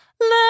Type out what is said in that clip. Let